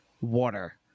water